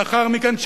לאחר מכן,